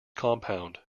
compound